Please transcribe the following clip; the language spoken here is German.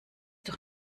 doch